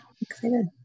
Excited